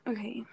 Okay